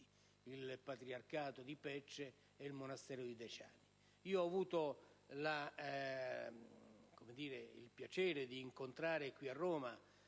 il patriarcato di Pec e il monastero di Decani. Io ho avuto il piacere di incontrare qui a Roma